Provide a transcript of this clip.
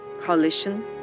coalition